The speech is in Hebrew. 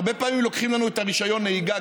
והרבה פעמים לוקחים לנו את רישיון הנהיגה,